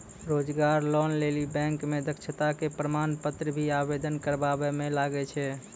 रोजगार लोन लेली बैंक मे दक्षता के प्रमाण पत्र भी आवेदन करबाबै मे लागै छै?